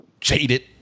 jaded